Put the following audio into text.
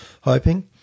hoping